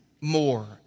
more